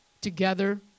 together